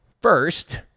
first